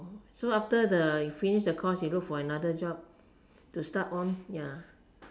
so after the you finish the course you look for another job to start on ya